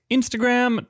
Instagram